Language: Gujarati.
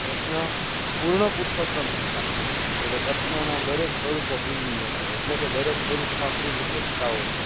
કૃષ્ણ પૂર્ણ પુરુષોત્તમ શું કામ છે કે ભાઈ કૃષ્ણના દરેક સ્વરૂપો પૂજનીય છે એટલે કે દરેક સ્વરૂપમાં શું વિશેષતાઓ છે